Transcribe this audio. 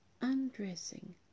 Undressing